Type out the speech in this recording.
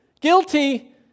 Guilty